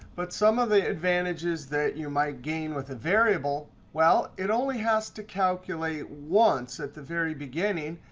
but some of the advantages that you might gain with a variable well, it only has to calculate once at the very beginning,